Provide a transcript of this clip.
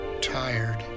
tired